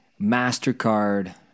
Mastercard